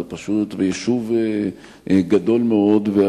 זה יישוב גדול מאוד,